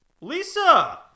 Lisa